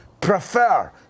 prefer